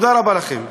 תודה רבה לכם.